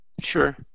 Sure